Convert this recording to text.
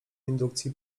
indukcji